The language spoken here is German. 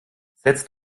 setzt